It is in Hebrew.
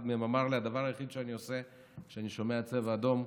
אחד מהם אמר לי: הדבר היחיד שאני עושה כשאני שומע צבע אדום,